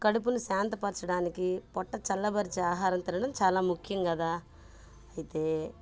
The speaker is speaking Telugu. కడుపును శాంతపరచడానికి పొట్ట చల్లపరిచ ఆహారం తినడం చాలా ముఖ్యం కదా అయితే